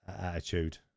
attitude